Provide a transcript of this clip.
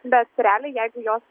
bet realiai jeigu jos